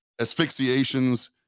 asphyxiations